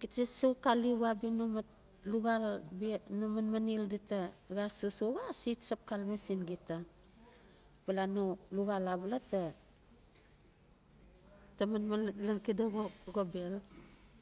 gita se sok aliuwa abia no mat luxal no manmanel dita xa sosoxa ase chap xalame sin gita. Bala no luxal abala ta maman lan xida xobel.